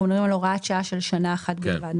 אנחנו מדברים על הוראת שעה של שנה אחת בלבד,